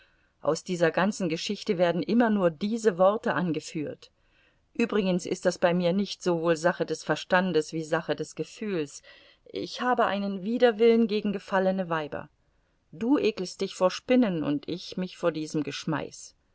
aus dieser ganzen geschichte werden immer nur diese worte angeführt übrigens ist das bei mir nicht sowohl sache des verstandes wie sache des gefühls ich habe einen widerwillen gegen gefallene weiber du ekelst dich vor spinnen und ich mich vor diesem geschmeiß